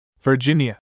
Virginia